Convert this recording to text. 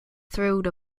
thrilled